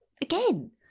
again